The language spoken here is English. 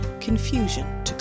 confusion